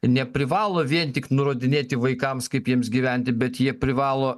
neprivalo vien tik nurodinėti vaikams kaip jiems gyventi bet jie privalo